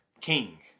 king